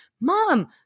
Mom